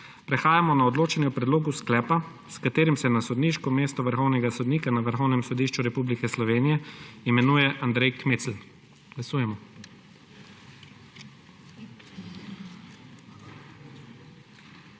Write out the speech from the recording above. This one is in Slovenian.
Prehajamo na odločanje o predlogu sklepa, s katerim se na sodniško mesto vrhovnega sodnika na Vrhovnem sodišču Republike Slovenije imenuje Andrej Kmecl. Glasujemo.